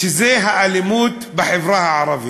שזה האלימות בחברה הערבית,